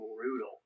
brutal